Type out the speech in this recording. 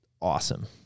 awesome